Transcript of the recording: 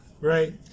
right